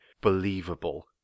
believable